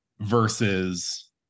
Versus